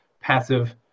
passive